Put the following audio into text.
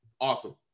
Awesome